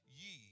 ye